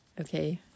okay